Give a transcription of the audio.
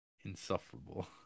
Insufferable